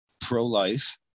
pro-life